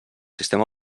sistema